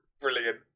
Brilliant